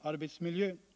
arbetsmiljön.